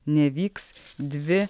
nevyks dvi